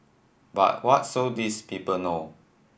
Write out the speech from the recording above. but what so these people know